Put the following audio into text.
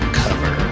cover